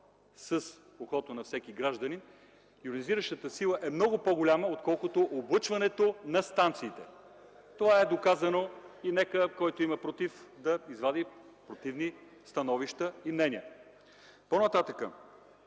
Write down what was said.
до ухото на всеки гражданин, йонизиращата сила е много по-голяма, отколкото облъчването на станциите. Това е доказано и нека, който има против, да извади противни становища и мнения. Що се отнася